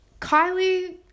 Kylie